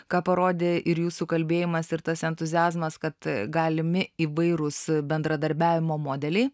ką parodė ir jūsų kalbėjimas ir tas entuziazmas kad galimi įvairūs bendradarbiavimo modeliai